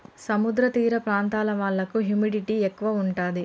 సముద్ర తీర ప్రాంతాల వాళ్లకు హ్యూమిడిటీ ఎక్కువ ఉంటది